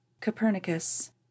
Copernicus